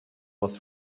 was